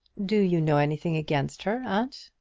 do you know anything against her, aunt?